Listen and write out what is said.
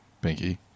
Pinky